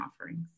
offerings